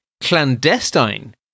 clandestine